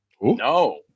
No